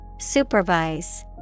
Supervise